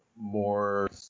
more